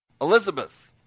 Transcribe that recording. Elizabeth